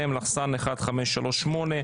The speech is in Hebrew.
מ/1538.